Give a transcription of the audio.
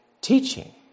Teaching